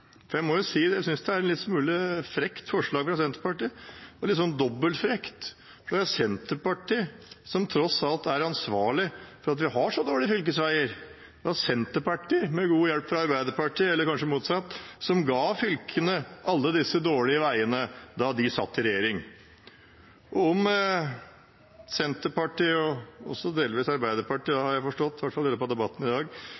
Jeg synes forslaget fra Senterpartiet er en smule frekt, litt dobbelt frekt, for det er Senterpartiet som tross alt er ansvarlig for at vi har så dårlige fylkesveier. Det var Senterpartiet, med god hjelp fra Arbeiderpartiet – eller kanskje motsatt – som ga fylkene alle disse dårlige veiene da de satt i regjering. Om Senterpartiet, og også delvis Arbeiderpartiet har jeg forstått i løpet av debatten i dag,